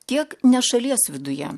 tiek ne šalies viduje